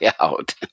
out